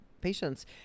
patients